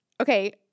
Okay